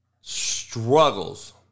struggles